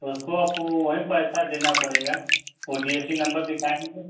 उसको आपको वहीं पैसा देना पड़ेगा वो डी ए सी नंबर दिखाएँगे